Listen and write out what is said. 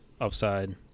upside